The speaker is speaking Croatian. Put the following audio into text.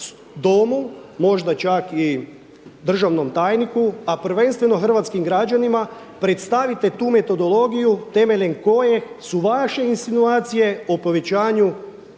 možda čak i državnom tajniku, a prvenstveno hrvatskim građanima predstavite tu metodologiju temeljem koje su vaše insinuacije o povećanju